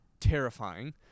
Terrifying